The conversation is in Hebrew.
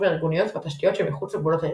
הארגוניות והתשתיות שמחוץ לגבולות הארגון.